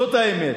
זאת האמת.